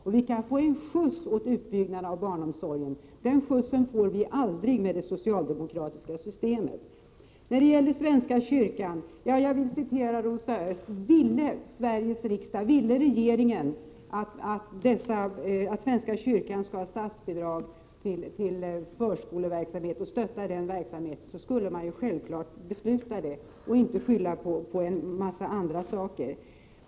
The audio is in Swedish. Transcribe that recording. Vi kan också få en skjuts åt utbyggnaden av barnomsorgen. Den skjutsen får vi aldrig med det socialdemokratiska systemet. När det gäller svenska kyrkan vill jag citera Rosa Östh när hon säger att om regeringen och riksdagen ville att svenska kyrkan skulle få statsbidrag för förskoleverksamhet och om regeringen ville stötta den verksamheten då skulle man självfallet besluta om detta i stället för att skylla på en mängd andra saker.